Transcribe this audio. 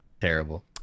terrible